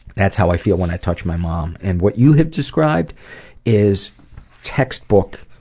that's how i feel when i touch my mom. and what you have described is textbook,